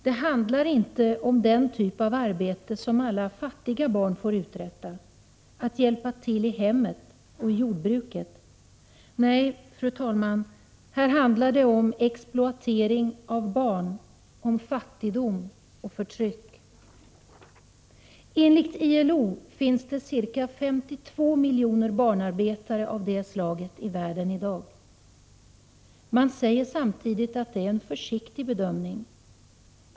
Det handlar inte om den typ av arbete som alla fattiga barn får uträtta — att hjälpa till i hemmet och i jordbruket. Nej, fru talman, här handlar det om exploatering av barn, om fattigdom och förtryck. Enligt ILO finns det ca 52 miljoner barnarbetare av det slaget i världen i dag. Man säger samtidigt att det är en försiktig bedömning.